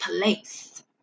place